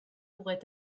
pourrait